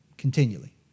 Continually